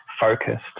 focused